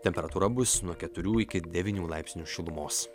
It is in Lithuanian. temperatūra bus nuo keturių iki devynių laipsnių šilumos